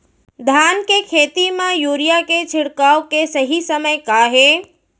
धान के खेती मा यूरिया के छिड़काओ के सही समय का हे?